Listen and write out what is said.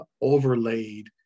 overlaid